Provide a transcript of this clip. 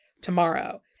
tomorrow